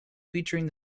featuring